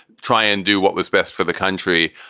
try and do what was best for the country.